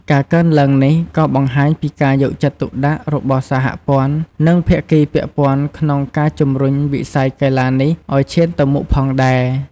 ការកើនឡើងនេះក៏បង្ហាញពីការយកចិត្តទុកដាក់របស់សហព័ន្ធ និងភាគីពាក់ព័ន្ធក្នុងការជំរុញវិស័យកីឡានេះឲ្យឈានទៅមុខផងដែរ។